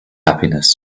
happiness